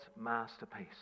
masterpiece